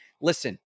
Listen